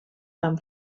van